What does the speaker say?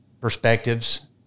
perspectives